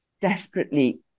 desperately